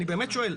אני באמת שואל.